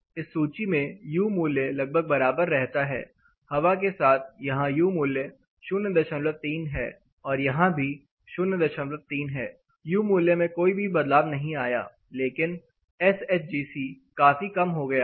इस सूची में यू मूल्य लगभग बराबर रहता है हवा के साथ यहां यू मूल्य 03 है और यहां भी 03 है यू मूल्य में कोई बदलाव नहीं आया लेकिन एस एच जी सी काफी कम हो गया है